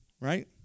right